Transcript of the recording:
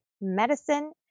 medicine